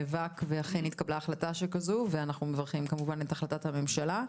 נאבק ואכן נתקבלה החלטה שכזו ואנחנו מברכים כמובן את החלטת הממשלה.